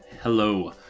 Hello